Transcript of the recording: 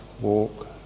walk